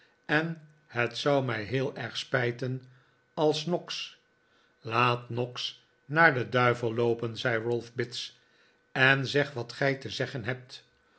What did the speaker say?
en het zou mij heel erg spijten als noggs laat nbggs naar den duivel loopen zei ralph bits en zeg wat gij te zeggen hebt